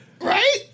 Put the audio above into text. Right